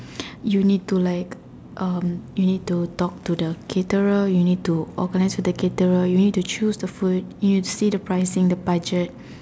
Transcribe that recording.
you need to like um you need to talk to the caterer you need to organise with the caterer you need to choose the food you need to see the pricing the budget